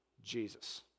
Jesus